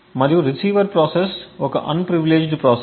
మరియు receiver process ఒక unprivileged process